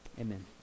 Amen